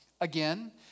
again